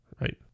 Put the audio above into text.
right